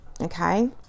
okay